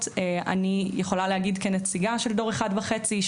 אני יכולה להגיד כנציגה של דור אחד וחצי,